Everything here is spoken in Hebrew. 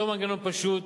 זהו מנגנון פשוט,